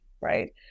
right